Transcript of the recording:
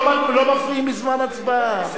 לא מפריעים בזמן הצבעה.